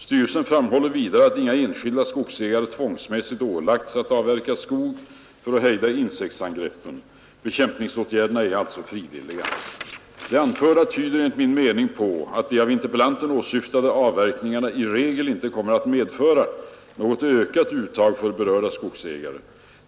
Styrelsen framhåller vidare, att inga enskilda skogsägare tvångsmässigt ålagts att avverka skog för att hejda insektsangrepp. Bekämpningsåtgärderna är alltså frivilliga. ; Det anförda tyder enligt min mening på att de av interpellanten åsyftade avverkningarna i regel inte kommer att medföra något ökat uttag för berörda skogsägare.